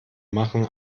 machen